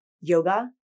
yoga